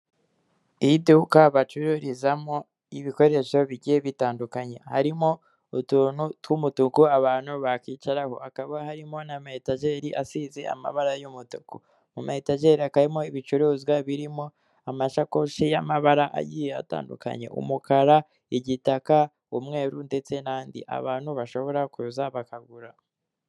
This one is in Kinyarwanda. Abantu bari kukazu mu inzu igurisha amayinite, abayobozi noneho bagiye nko kubikuza cyangwa kubitsa cyangwa kugura ikarita yo guha....